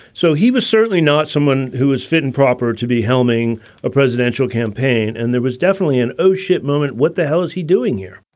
so he was certainly not someone who was fit and proper to be helming a presidential campaign. and there was definitely an oh shit moment. what the hell is he doing here?